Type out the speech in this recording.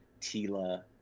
Tila